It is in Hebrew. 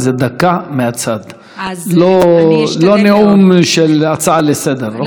זה דקה מהצד, לא נאום של הצעה לסדר-היום.